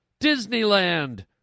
Disneyland